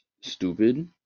stupid